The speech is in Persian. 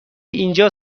اینجا